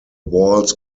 walls